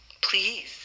please